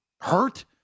hurt